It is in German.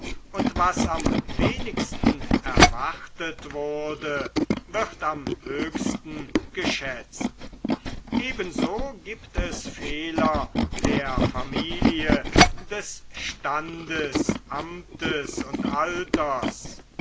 und was am wenigsten erwartet wurde wird am höchsten geschätzt ebenso giebt es fehler der familie des standes amtes und alters